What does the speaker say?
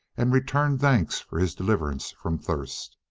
and returned thanks for his deliverance from thirst.